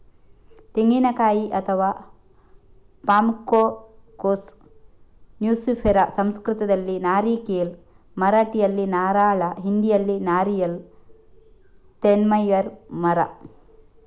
ತೆಂಗಿನಕಾಯಿ ಅಥವಾ ಪಾಮ್ಕೋಕೋಸ್ ನ್ಯೂಸಿಫೆರಾ ಸಂಸ್ಕೃತದಲ್ಲಿ ನಾರಿಕೇಲ್, ಮರಾಠಿಯಲ್ಲಿ ನಾರಳ, ಹಿಂದಿಯಲ್ಲಿ ನಾರಿಯಲ್ ತೆನ್ನೈ ಮರ